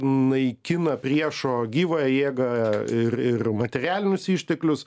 naikina priešo gyvąją jėgą ir ir materialinius išteklius